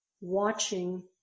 watching